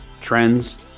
trends